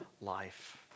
life